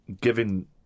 giving